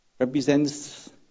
Represents